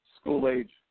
school-age